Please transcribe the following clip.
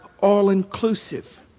all-inclusive